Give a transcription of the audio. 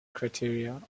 criteria